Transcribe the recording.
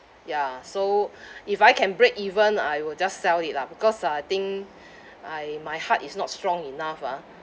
ya so if I can break even I will just sell it lah because ah I think I my heart is not strong enough ah